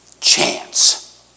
chance